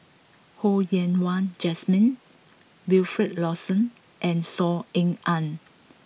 Ho Yen Wah Jesmine Wilfed Lawson and Saw Ean Ang